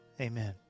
amen